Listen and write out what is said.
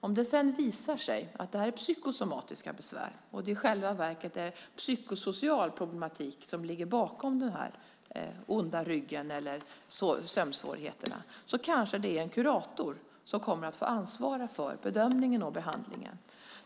Om det sedan visar sig att det här är psykosomatiska besvär och det i själva verket är psykosocial problematik som ligger bakom den onda ryggen eller sömnsvårigheterna kanske det är en kurator som kommer att få ansvara för bedömningen av behandlingen.